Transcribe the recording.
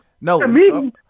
No